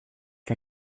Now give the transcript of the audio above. der